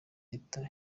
leta